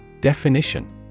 Definition